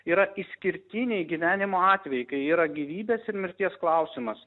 yra išskirtiniai gyvenimo atvejai kai yra gyvybės ir mirties klausimas